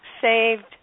saved